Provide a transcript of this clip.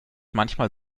manchmal